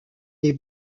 des